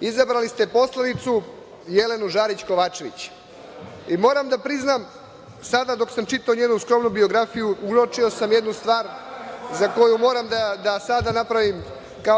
Izabrali ste poslanicu Jelenu Žarić Kovačević. Moram da priznam da sam, dok sam čitao njenu skromnu biografiju, uočio jednu stvar za koju moram sada da napravim